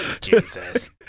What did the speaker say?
Jesus